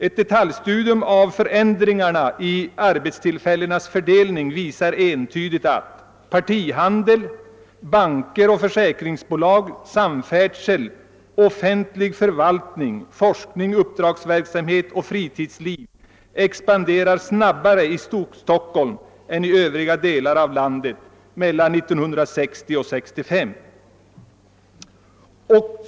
Ett detaljstudium av förändringarna i arbetstillfällenas fördelning visar entydigt att partihandeln, banker och försäkringsbolag, samfärdsel, offentlig förvaltning, forskning, uppdragsverksamhet och fritidsliv expanderat snabbare i Storstockholm än i övriga delar av landet mellan 1960 och 1965.